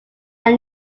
are